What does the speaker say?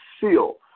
seal